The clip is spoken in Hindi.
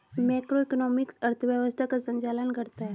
मैक्रोइकॉनॉमिक्स अर्थव्यवस्था का संचालन करता है